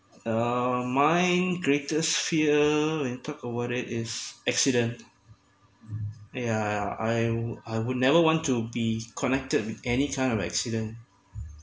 uh my greatest fear we talked about it is accident yeah I would I would never want to be connected with any kind of accident